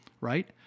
right